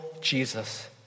Jesus